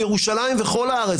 ירושלים וכל הארץ,